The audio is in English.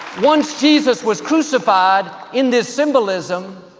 once jesus was crucified in this symbolism,